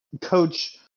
Coach